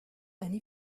any